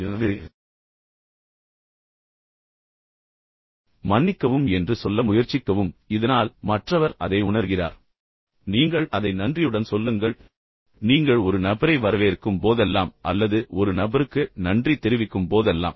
எனவே மன்னிக்கவும் என்று சொல்ல முயற்சிக்கவும் இதனால் மற்றவர் அதை உணருகிறார் நன்றி நீங்கள் அதை நன்றியுடன் சொல்லுங்கள் அதே போன்று நீங்கள் ஒரு நபரை வரவேற்கும் போதெல்லாம் அல்லது ஒரு நபர் நன்றி தெரிவிக்கும் போதெல்லாம்